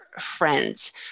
friends